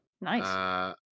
Nice